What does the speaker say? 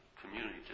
community